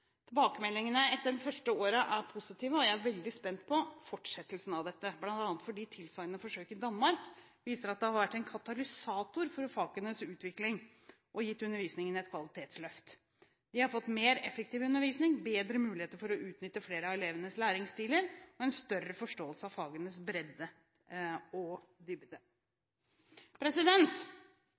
Tilbakemeldingene etter det første året er positive. Jeg er veldig spent på fortsettelsen av dette, bl.a. fordi tilsvarende forsøk i Danmark viser at det har vært en katalysator for fagenes utvikling og gitt undervisningen et kvalitetsløft. De har fått mer effektiv undervisning, bedre muligheter for å utnytte flere av elevenes læringsstiler og en større forståelse av fagenes bredde og